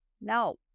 No